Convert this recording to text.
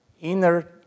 inner